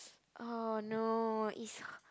oh no it's